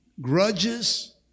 grudges